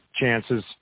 chances